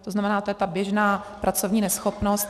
To znamená, to je ta běžná pracovní neschopnost.